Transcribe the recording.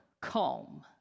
calm